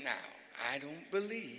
to i don't believe